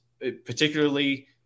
particularly